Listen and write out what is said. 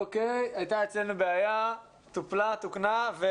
הייתה אצלנו בעיה ב-זום שתוקנה.